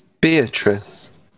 Beatrice